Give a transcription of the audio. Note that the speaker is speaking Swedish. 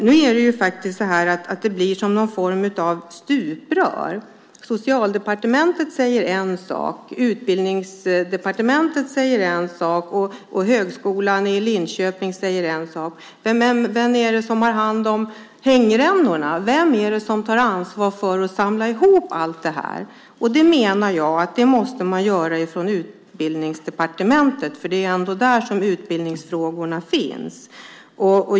Nu blir det som någon form av stuprör. Socialdepartementet säger en sak, Utbildningsdepartementet säger en sak och Högskolan i Linköping säger en annan sak. Men vem är det som har hand om hängrännorna? Vem är det som tar ansvar för att samla ihop allt det här? Det menar jag att man måste göra från Utbildningsdepartementet, för det är ändå där som utbildningsfrågorna ligger.